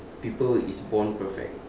people is born perfect